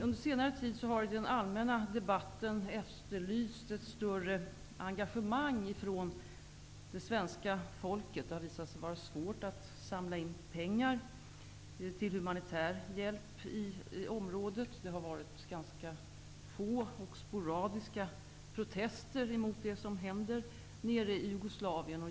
Under senare tid har i den allmänna debatten efterlysts ett större engagemang från det svenska folket. Det har visat sig svårt att samla in pengar till humanitär hjälp i området. Det har märkts ganska få och sporadiska protester mot det som händer i Jugoslavien.